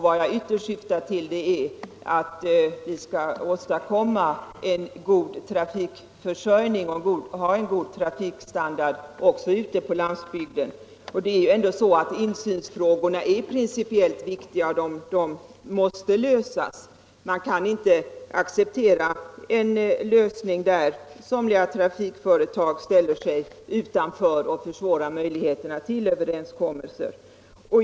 Vad jag ytterst syftar till är att vi skall åstadkomma en god trafikförsörjning och en god trafikstandard också ute på landsbygden. Insynsfrågorna är principiellt viktiga, och de måste lösas. Man kan inte acceptera en ordning där somliga trafikföretag ställer sig utanför och försvårar möjligheterna till överenskommelser.